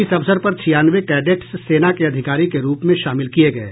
इस अवसर पर छियानवे कैडेट्स सेना के अधिकारी के रूप में शामिल किये गये